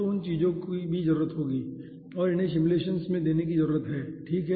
तो उन चीजों की भी जरूरत होगी और इन्हे सिमुलेशन में भी देने की जरूरत है ठीक है